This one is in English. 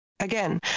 Again